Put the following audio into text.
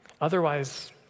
Otherwise